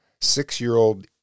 Six-year-old